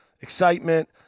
excitement